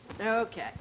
Okay